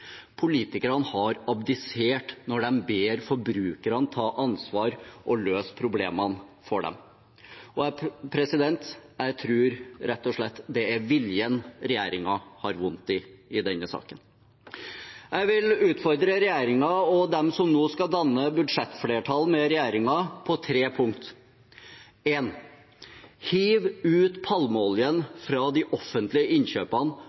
Politikerne har abdisert når de ber forbrukerne ta ansvar og løse problemene for dem. Jeg tror rett og slett det er viljen regjeringen har vondt i i denne saken. Jeg vil utfordre regjeringen og de som nå skal danne budsjettflertall med regjeringen, på tre punkt: Hiv ut palmeoljen fra de offentlige innkjøpene,